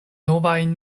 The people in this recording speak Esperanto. novajn